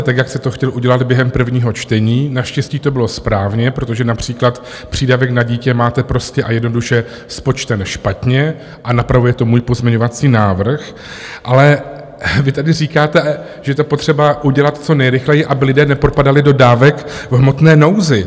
Tak, jak jste to chtěl udělat během prvního čtení, naštěstí to bylo správně, protože například přídavek na dítě máte prostě a jednoduše spočten špatně a napravuje to můj pozměňovací návrh, ale vy tady říkáte, že je to potřeba udělat co nejrychleji, aby lidé nepropadali do dávek v hmotné nouzi.